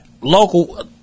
local